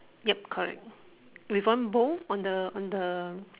yup correct with one bow on the on the